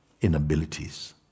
inabilities